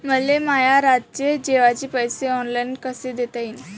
मले माया रातचे जेवाचे पैसे ऑनलाईन कसे देता येईन?